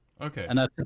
Okay